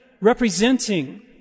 representing